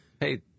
Hey